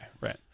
right